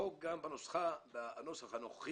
שהוצגו כרגע על ידי חבר הכנסת טלב אבו עראר,